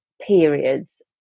periods